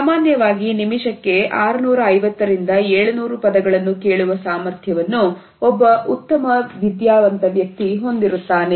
ಸಾಮಾನ್ಯವಾಗಿ ನಿಮಿಷಕ್ಕೆ 650 ರಿಂದ 700 ಪದಗಳನ್ನು ಕೇಳುವ ಸಾಮರ್ಥ್ಯವನ್ನು ಒಬ್ಬ ಉತ್ತಮ ವಿದ್ಯಾವಂತ ವ್ಯಕ್ತಿ ಹೊಂದಿರುತ್ತಾನೆ